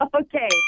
Okay